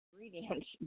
ingredients